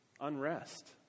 unrest